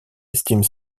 estime